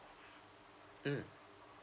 mm